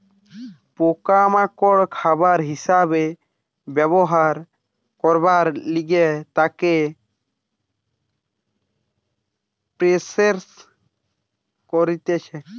পোকা মাকড় খাবার হিসাবে ব্যবহার করবার লিগে তাকে প্রসেস করতিছে